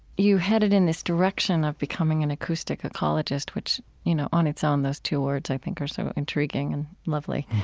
you headed in this direction of becoming an acoustic ecologist, which you know on its own, those two words i think are so intriguing and lovely.